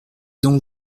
donc